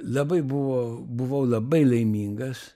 labai buvo buvau labai laimingas